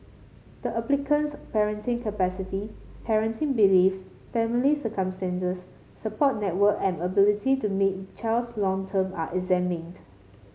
the applicant's parenting capacity parenting beliefs family circumstances support network and ability to meet child's long term are examined